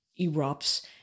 erupts